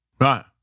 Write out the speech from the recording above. Right